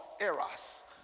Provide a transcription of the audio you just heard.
eros